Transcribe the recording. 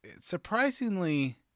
surprisingly